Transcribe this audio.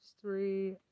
Three